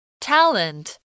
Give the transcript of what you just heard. Talent